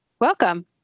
Welcome